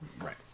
Right